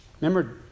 Remember